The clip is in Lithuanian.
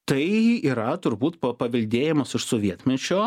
tai yra turbūt pa paveldėjimas iš sovietmečio